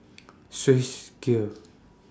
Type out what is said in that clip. Swissgear